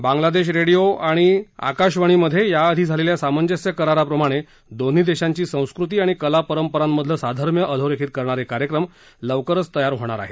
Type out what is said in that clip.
Bangladesh radio आणि भारतीय radio आकाशवाणीमधे याआधी झालेल्या सामंजस्य कराराप्रमाणे दोन्ही देशांची संस्कृती आणि कला परंपरांमधलं साधर्म्य अधोरेखित करणारे कार्यक्रम लवकरच तयार होणार आहेत